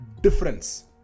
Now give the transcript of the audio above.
difference